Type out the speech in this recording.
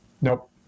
Nope